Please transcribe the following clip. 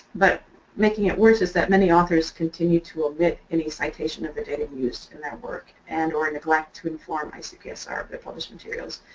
but making it worse is that many authors continue to omit any citation of the data used in their work and or neglect to inform icpsr of their published materials.